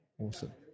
Awesome